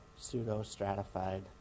pseudo-stratified